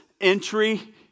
entry